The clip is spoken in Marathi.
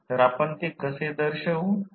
तर आपण ते कसे दर्शवु